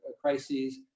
crises